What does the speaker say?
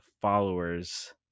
followers